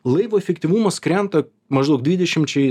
laivo efektyvumas krenta maždaug dvidešimčiai